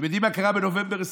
אתם יודעים מה קרה בנובמבר 2022,